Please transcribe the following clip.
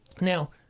now